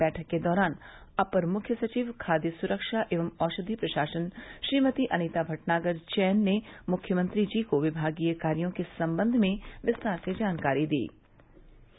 बैठक के दौरान अपर मुख्य सचिव खाद्य सुरक्षा एवं औषधि प्रशासन श्रीमती अनीता भटनागर जैन ने मुख्यमंत्री जी को विभागीय कार्यों के सम्बन्ध में विस्तार से जानकारी दीं